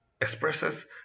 expresses